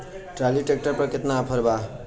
Trolley tractor पर केतना offer बा?